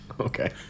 okay